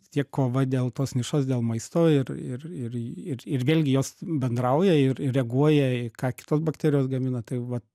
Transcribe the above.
tiek kova dėl tos nišos dėl maisto ir ir ir ir ir vėlgi jos bendrauja ir ir reaguoja į ką kitos bakterijos gamina tai va